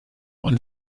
und